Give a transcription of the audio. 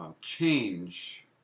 change